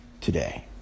today